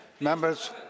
Members